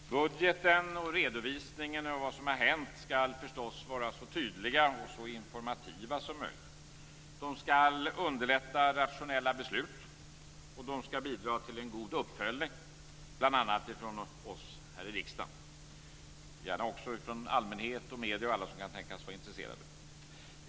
Herr talman! Budgeten och redovisningen av vad som hänt ska förstås vara så tydliga och så informativa som möjligt. De ska underlätta rationella beslut och de ska bidra till en god uppföljning, bl.a. från oss här i riksdagen - gärna också från allmänheten, medierna och andra som kan tänkas vara intresserade.